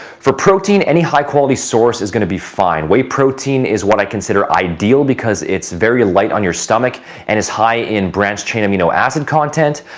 for protein, any high-quality source is going to be fine. whey protein is what i consider ideal because it's very light on your stomach and it's high in branched-chain amino acid content.